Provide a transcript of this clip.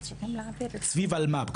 סביב אלמ"פ.